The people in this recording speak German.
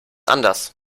anders